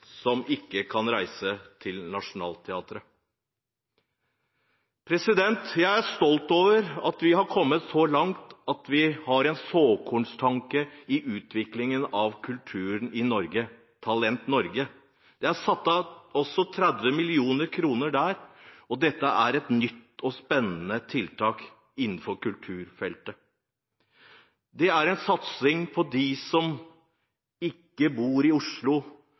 som ikke kan reise til Nationaltheatret. Jeg er stolt over at vi har kommet så langt at vi har en såkornstanke i utviklingen av kulturen i Norge – Talent Norge. Det er satt av 30 mill. kr der, og dette er et nytt og spennende tiltak innenfor kulturfeltet. Det er en satsing på dem som ikke bor i Oslo